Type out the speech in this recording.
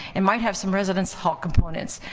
it might have some residence hall components.